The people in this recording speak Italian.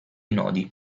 nodi